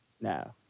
No